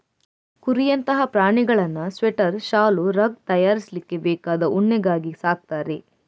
ಕುರಿಯಂತಹ ಪ್ರಾಣಿಗಳನ್ನ ಸ್ವೆಟರ್, ಶಾಲು, ರಗ್ ತಯಾರಿಸ್ಲಿಕ್ಕೆ ಬೇಕಾದ ಉಣ್ಣೆಗಾಗಿ ಸಾಕ್ತಾರೆ